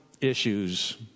issues